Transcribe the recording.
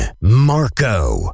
Marco